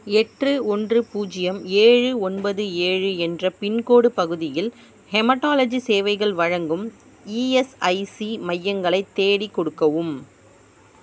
எட்டு ஓன்று பூஜ்யம் ஏழு ஒன்பது ஏழு என்ற பின்கோடு பகுதியில் ஹெமடாலஜி சேவைகள் வழங்கும் இஎஸ்ஐசி மையங்களை தேடிக் கொடுக்கவும்